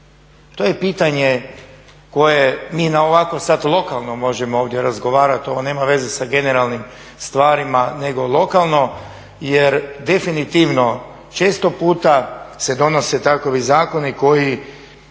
To je pitanje koje mi na ovako sad lokalno možemo ovdje razgovarati. Ovo nema veze sa generalnim stvarima, nego lokalno jer definitivno često puta se donose takovi zakoni koji